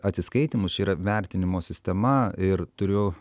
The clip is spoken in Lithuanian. atsiskaitymus yra vertinimo sistema ir turiu